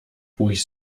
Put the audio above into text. ruhig